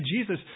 Jesus